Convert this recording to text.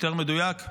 יותר מדויק,